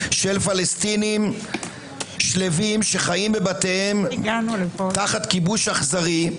של פלסטינים שלווים שחיים בבתיהם תחת כיבוש אכזרי.